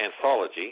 anthology